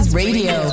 radio